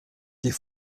die